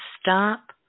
stop